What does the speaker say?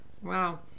Wow